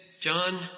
John